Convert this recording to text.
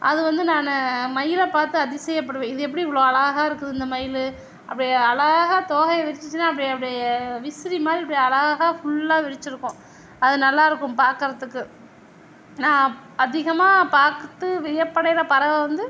அது வந்து நான் மயிலை பார்த்து அதிசயப்படுவேன் இது எப்படி இவ்வளோ அழகாக இருக்குது இந்த மயிலு அப்டே அழகாக தோகைய விரிச்சிச்சின்னா அப்டே அப்டே விசிறி மாதிரி அப்படி அழகாக ஃபுல்லாக விரிச்சியிருக்கும் அது நல்லா இருக்கும் பார்க்குறத்துக்கு நான் அதிகமாக பார்த்து வியப்படையிற பறவை வந்து